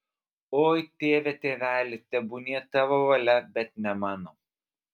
oi tėve tėveli tebūnie tavo valia bet ne mano